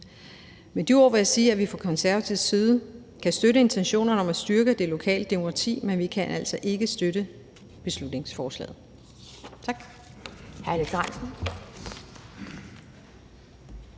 Med de ord vil jeg sige, at vi fra Konservatives side kan støtte intentionerne om at styrke det lokale demokrati, men at vi altså ikke kan støtte beslutningsforslaget. Tak.